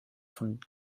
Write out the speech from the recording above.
von